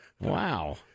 Wow